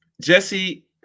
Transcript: Jesse